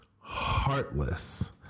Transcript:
heartless